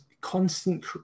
constant